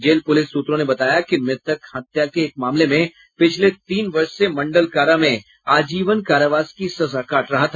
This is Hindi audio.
जेल पुलिस सूत्रों ने बताया कि मृतक हत्या के एक मामले में पिछले तीन वर्ष से मडल कारा में आजीवन कारावास की सजा काट रहा था